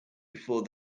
before